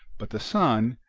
but the son,